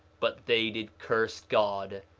but they did curse god,